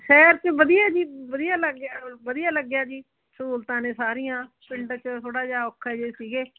ਸ਼ਹਿਰ 'ਚ ਵਧੀਆ ਜੀ ਵਧੀਆ ਲੱਗ ਗਿਆ ਵਧੀਆ ਲੱਗਿਆ ਜੀ ਸਹੂਲਤਾਂ ਨੇ ਸਾਰੀਆਂ ਪਿੰਡ 'ਚ ਥੋੜ੍ਹਾ ਜਿਹਾ ਔਖੇ ਜਿਹੇ ਸੀਗੇ